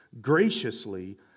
graciously